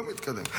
לא מתקדם.